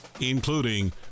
including